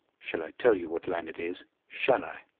shall i tell you what land it is? shall i?